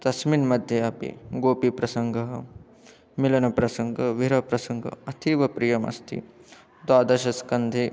तस्मिन् मध्ये अपि गोपिकाप्रसङ्गः मेलनप्रसङ्ग वीरप्रसङ्ग अतीवप्रियमस्ति द्वादशस्कन्धे